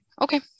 Okay